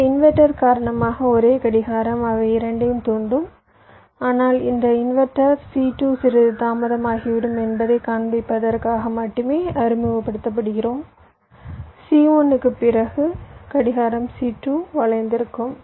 எனவே இன்வெர்ட்டர் காரணமாக ஒரே கடிகாரம் அவை இரண்டையும் தூண்டும் ஆனால் இந்த இன்வெர்ட்டர் C2 சிறிது தாமதமாகிவிடும் என்பதைக் காண்பிப்பதற்காக மட்டுமே அறிமுகப்படுத்துகிறோம் C1 க்குப் பிறகு கடிகாரம் C2 வளைந்திருக்கும்